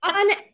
On